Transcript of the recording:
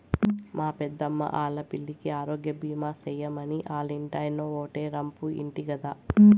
మా పెద్దమ్మా ఆల్లా పిల్లికి ఆరోగ్యబీమా సేయమని ఆల్లింటాయినో ఓటే రంపు ఇంటి గదా